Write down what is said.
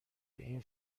این